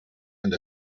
and